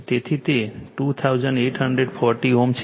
તેથી તે 2840 Ω છે